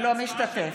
משתתף בהצבעה.